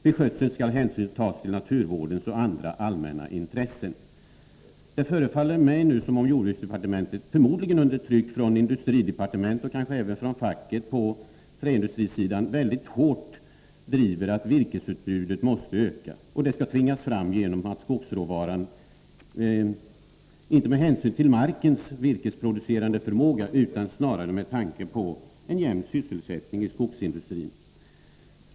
Vid skötseln skall hänsyn tas till naturvårdens och andra allmänna intressen.” Det förefaller mig som om jordbruksdepartementet — förmodligen under tryck från industridepartementet och kanske även från facket på träindustrisidan — mycket hårt driver frågan att virkesutbudet måste öka. Och det skall tvingas fram inte med hänsyn till markens virkesproducerande förmåga utan snarare med tanke på jämn sysselsättning i skogsindustrin.